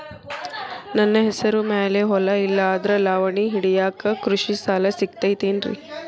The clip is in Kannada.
ನನ್ನ ಹೆಸರು ಮ್ಯಾಲೆ ಹೊಲಾ ಇಲ್ಲ ಆದ್ರ ಲಾವಣಿ ಹಿಡಿಯಾಕ್ ಕೃಷಿ ಸಾಲಾ ಸಿಗತೈತಿ ಏನ್ರಿ?